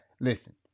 Listen